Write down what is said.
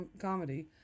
comedy